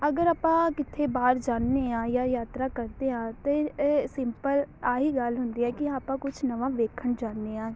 ਅਗਰ ਆਪਾਂ ਕਿੱਥੇ ਬਾਹਰ ਜਾਂਦੇ ਹਾਂ ਜਾਂ ਯਾਤਰਾ ਕਰਦੇ ਹਾਂ ਤਾਂ ਇਹ ਸਿੰਪਲ ਇਹੀ ਗੱਲ ਹੁੰਦੀ ਹੈ ਕਿ ਆਪਾਂ ਕੁਛ ਨਵਾਂ ਵੇਖਣ ਜਾਂਦੇ ਹਾਂ